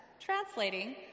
translating